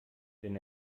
denn